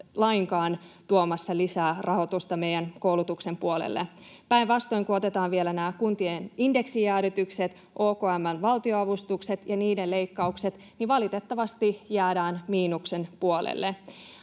lainkaan tuomassa lisää rahoitusta meidän koulutuksen puolelle. Päinvastoin, kun otetaan vielä nämä kuntien indeksijäädytykset, OKM:n valtionavustukset ja niiden leikkaukset, niin valitettavasti jäädään miinuksen puolelle.